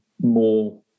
more